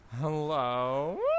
hello